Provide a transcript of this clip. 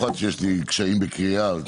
שיסביר.